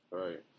right